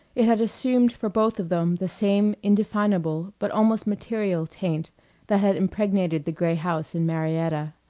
it had assumed for both of them the same indefinable but almost material taint that had impregnated the gray house in marietta.